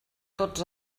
tots